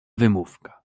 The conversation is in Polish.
wymówka